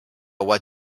what